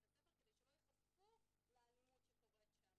הספר כדי שלא ייחשפו לאלימות שקורית שם,